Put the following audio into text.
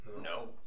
No